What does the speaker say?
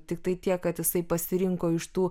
tiktai tiek kad jisai pasirinko iš tų